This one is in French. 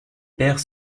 pairs